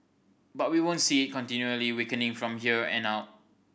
but we won't see it continually weakening from here an out